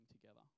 together